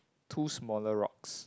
two smaller rocks